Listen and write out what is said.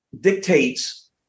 dictates